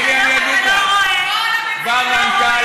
תראי, אני אגיד לך: בא מנכ"ל,